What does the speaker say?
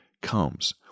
comes